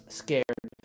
scared